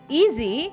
easy